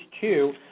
two